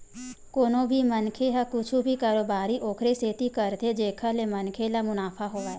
कोनो भी मनखे ह कुछु भी कारोबारी ओखरे सेती करथे जेखर ले मनखे ल मुनाफा होवय